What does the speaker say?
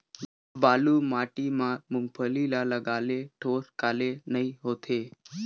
बालू माटी मा मुंगफली ला लगाले ठोस काले नइ होथे?